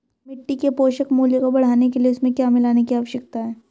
मिट्टी के पोषक मूल्य को बढ़ाने के लिए उसमें क्या मिलाने की आवश्यकता है?